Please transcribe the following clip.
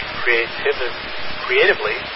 creatively